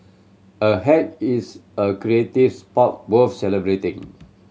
a hack is a creative spark worth celebrating